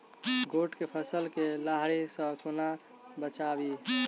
गोट केँ फुल केँ लाही सऽ कोना बचाबी?